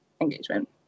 engagement